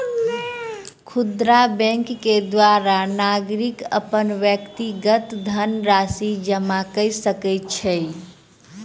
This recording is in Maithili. खुदरा बैंक के द्वारा नागरिक अपन व्यक्तिगत धनराशि जमा कय सकै छै